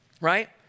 right